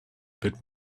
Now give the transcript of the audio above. bit